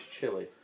chili